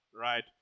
right